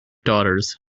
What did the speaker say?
daughters